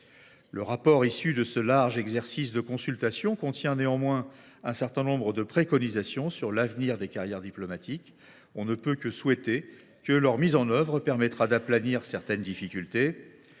Le rapport issu de ce large exercice de consultation contient néanmoins un certain nombre de préconisations sur l’avenir des carrières diplomatiques. On ne peut que souhaiter que leur mise en œuvre permette d’aplanir certaines difficultés